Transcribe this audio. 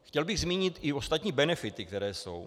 Chtěl bych zmínit i ostatní benefity, které jsou.